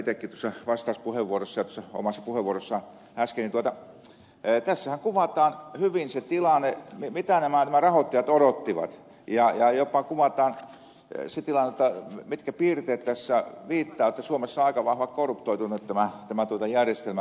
gustafsson viittasi jo aikaisemmin ja itsekin vastauspuheenvuorossani ja omassa puheenvuorossani äsken kuvataan hyvin se tilanne mitä nämä rahoittajat odottivat ja jopa kuvataan se tilanne mitkä piirteet tässä viittaavat että suomessa on aika vahvasti korruptoitunut tämä järjestelmä